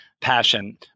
passion